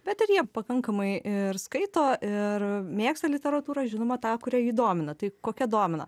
bet ir jie pakankamai ir skaito ir mėgsta literatūrą žinoma tą kuri jį domina tai kokia domina